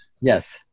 Yes